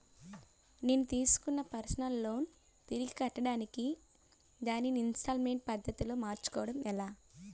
నేను తిస్కున్న personal loan తిరిగి కట్టడానికి దానిని ఇంస్తాల్మేంట్ పద్ధతి లో మార్చుకోవడం ఎలా?